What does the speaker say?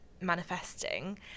manifesting